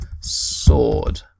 sword